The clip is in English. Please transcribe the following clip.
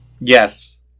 Yes